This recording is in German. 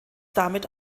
damit